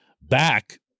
back